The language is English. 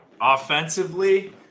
offensively